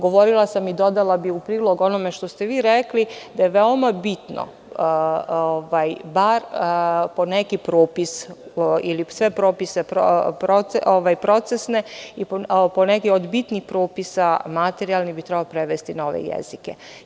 Govorila sam i dodala bih u prilog onome što ste vi rekli da je veoma bitno bar po neki propis ili sve propise procesne i poneke od bitnih propisa materijalnih bi trebalo prevesti na ove jezike.